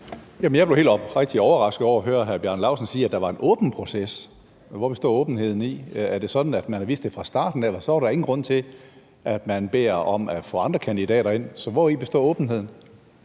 Jeg blev helt oprigtigt overrasket over at høre hr. Bjarne Laustsen sige, at der var en åben proces. Hvad består åbenheden i? Er det sådan, at man har vidst det fra starten, og så var der ingen grund til, at man bad om at få andre kandidater ind? Så hvori består åbenheden?